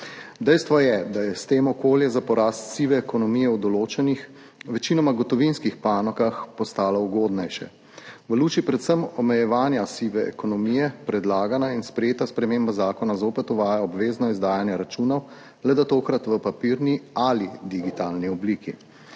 Dejstvo je, da je s tem okolje za porast sive ekonomije v določenih, večinoma gotovinskih panogah postalo ugodnejše. V luči predvsem omejevanja sive ekonomije predlagana in sprejeta sprememba zakona zopet uvaja obvezno izdajanje računov, le da tokrat v papirni ali digitalni obliki.